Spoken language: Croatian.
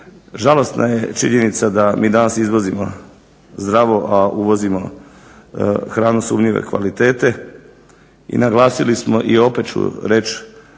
Žalosna je činjenica da mi danas izvozimo zdravo a uvozimo hranu sumnjive kvalitete i naglasili smo i opet ću reć